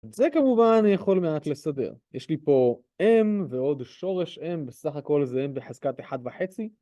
זה כמובן יכול מעט לסדר, יש לי פה M ועוד שורש M ובסך הכל זה M בחזקת 1.5